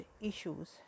issues